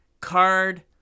Card